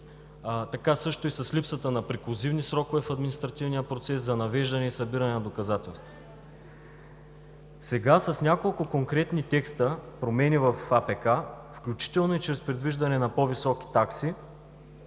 Така също и с липсата на преклузивни срокове в административния процес за въвеждане и събиране на доказателства. Сега с няколко конкретни текста – промени в АПК, включително и чрез предвиждане на по-високи такси